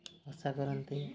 ବସା କରନ୍ତି